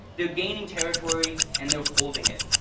they are gaining territory, and they are holding it.